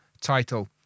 title